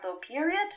period